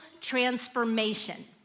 transformation